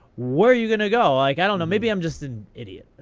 where are you going to go? like i don't know, maybe i'm just an idiot.